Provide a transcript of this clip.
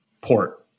port